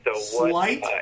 Slight